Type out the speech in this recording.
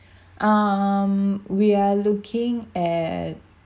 um we are looking at